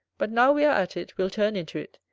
but now we are at it, we'll turn into it,